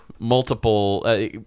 multiple